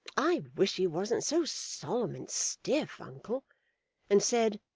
i wish he wasn't so solemn and stiff, uncle and said,